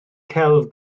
celf